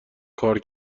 کار